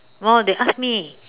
while they ask me